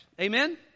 Amen